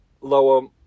lower